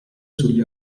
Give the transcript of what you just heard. sugli